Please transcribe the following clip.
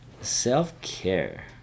Self-care